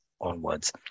onwards